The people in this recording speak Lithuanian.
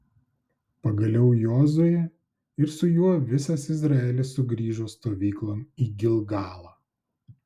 pagaliau jozuė ir su juo visas izraelis sugrįžo stovyklon į gilgalą